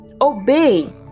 Obey